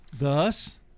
Thus